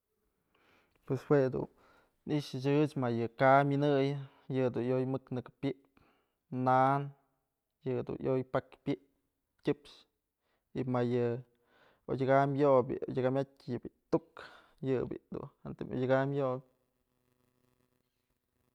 Pues jedun i'ixëch ëch më yë ka'a mynëyën, yë dun yoyë mëk nëkë pyëp, na'an yë dun pakyë pyëp tyëpxë, y mayë odyëkam yobyë odyëkamyat yë bi'i tu'uk yë bi'i dun jëntëm odyëkam yobyë.